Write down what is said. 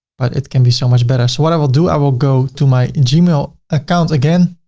but it can be so much better. so what i will do, i will go to my gmail account again,